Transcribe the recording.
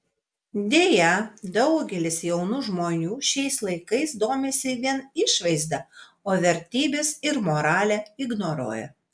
deja daugelis jaunų žmonių šiais laikais domisi vien išvaizda o vertybes ir moralę ignoruoja